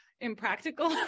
impractical